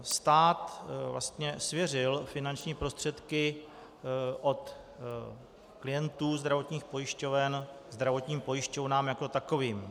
Stát svěřil finanční prostředky od klientů zdravotních pojišťoven zdravotním pojišťovnám jako takovým.